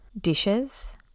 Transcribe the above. dishes